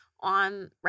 on